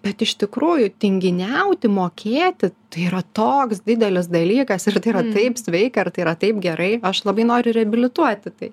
bet iš tikrųjų tinginiauti mokėti tai yra toks didelis dalykas ir tai yra taip sveika ir tai yra taip gerai aš labai noriu reabilituoti tai